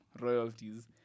royalties